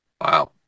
Wow